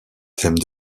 thème